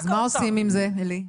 אז מה עושים עם זה, עלי?